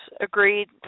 agreed